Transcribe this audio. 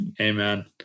Amen